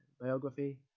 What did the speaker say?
biography